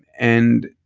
and